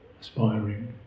aspiring